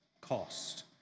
cost